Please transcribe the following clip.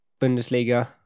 Bundesliga